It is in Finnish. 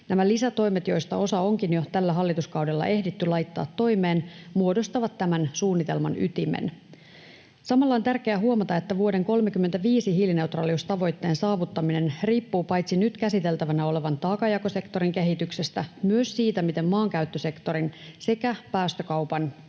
lisätoimet, joista osa onkin jo tällä hallituskaudella ehditty laittaa toimeen, muodostavat tämän suunnitelman ytimen. Samalla on tärkeää huomata, että vuoden 35 hiilineutraaliustavoitteen saavuttaminen riippuu paitsi nyt käsiteltävänä olevan taakanjakosektorin kehityksestä myös siitä, miten maankäyttösektorin sekä päästökaupan